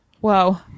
Whoa